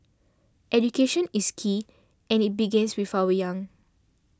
education is key and it begins with our young